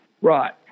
Right